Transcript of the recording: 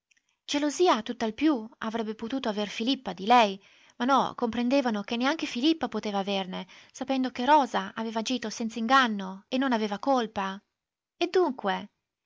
marito gelosia tutt'al più avrebbe potuto aver filippa di lei ma no comprendevano che neanche filippa poteva averne sapendo che rosa aveva agito senz'inganno e non aveva colpa e dunque